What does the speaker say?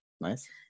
Nice